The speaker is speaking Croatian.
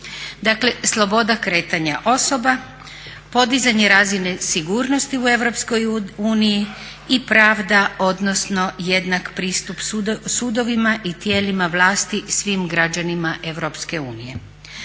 Dakle, sloboda kretanja osoba, podizanje razine sigurnosti u EU i pravda odnosno jednak pristup sudovima i tijelima vlasti svim građanima EU.